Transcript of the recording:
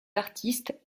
artistes